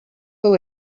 who